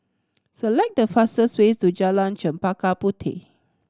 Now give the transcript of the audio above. select the fastest way to Jalan Chempaka Puteh